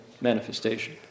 manifestation